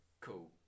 Cool